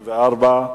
94)